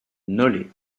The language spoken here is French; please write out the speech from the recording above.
nolay